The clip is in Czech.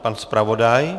Pan zpravodaj.